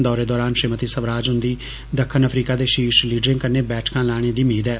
दौरे दरान श्रीमति स्वराज हुंदी दक्खन अफ्रीका दे शीर्ष लीडरें कन्नै बैठका लाने दी मेद ऐ